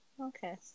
Okay